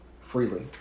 freely